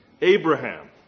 Abraham